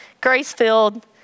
grace-filled